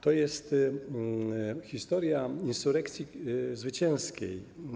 To jest historia insurekcji zwycięskiej.